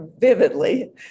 vividly